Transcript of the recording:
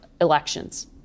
elections